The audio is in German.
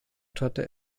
torte